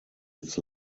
its